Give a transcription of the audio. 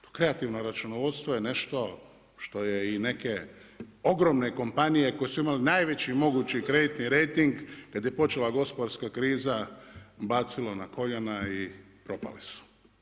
To kreativno računovodstvo je nešto što je i neke ogromne kompanije koje su imale najveći mogući kreditni rejting kada je počela gospodarska kriza bacilo na koljena i propale su.